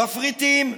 מפריטים.